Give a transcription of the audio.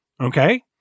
Okay